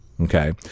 okay